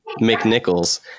McNichols